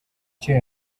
icyo